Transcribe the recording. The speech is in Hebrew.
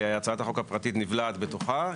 הצעת החוק הפרטית נבלעת בתוכה,